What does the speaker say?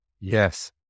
yes